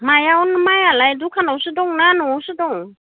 माइयालाय दखानावसो दंना न'आवसो दं